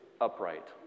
upright